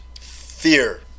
fear